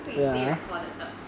会 stay recorded 的